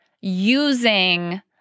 using